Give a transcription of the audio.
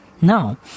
now